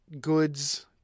goods